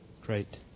Great